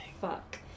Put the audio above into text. fuck